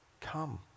come